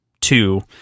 two